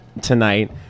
tonight